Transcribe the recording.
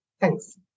thanks